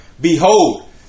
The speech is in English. Behold